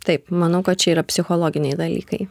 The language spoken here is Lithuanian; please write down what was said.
taip manau kad čia yra psichologiniai dalykai